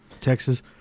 Texas